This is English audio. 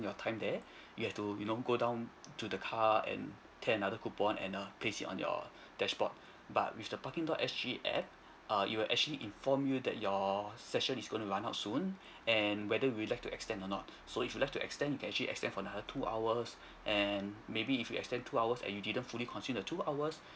your time there you have to you know go down to the car and tear another coupon and err paste it on your dashboard but with the parking dot S_G app err it will actually inform you that your session is going to run out soon and whether you would like to extend or not so if you would like to extend you can actually extend for another two hours and maybe if you extend two hours and you didn't fully consume the two hours